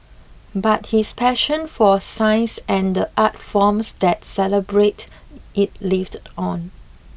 but his passion for science and the art forms that celebrate it lived on